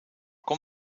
kon